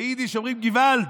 ביידיש אומרים: געוואלד,